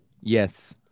Yes